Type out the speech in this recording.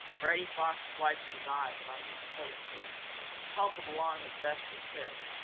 reddy fox wiped his eyes on his coat sleeve and hobbled along as best he could.